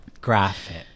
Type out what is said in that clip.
graphic